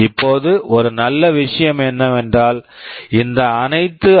இப்போது ஒரு நல்ல விஷயம் என்னவென்றால் இந்த அனைத்து ஐ